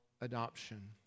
adoption